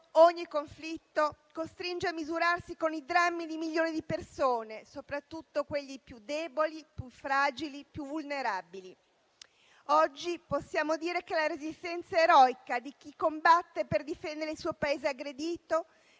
ogni conflitto, costringe a misurarsi con i drammi di milioni di persone, soprattutto quelle più deboli, più fragili, più vulnerabili. Oggi possiamo dire che la resistenza eroica di chi combatte per difendere il suo Paese aggredito,